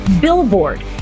billboard